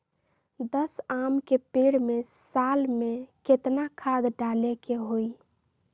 दस आम के पेड़ में साल में केतना खाद्य डाले के होई?